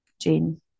Jane